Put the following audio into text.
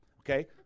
Okay